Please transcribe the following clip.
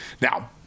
Now